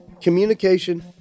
communication